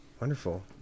Wonderful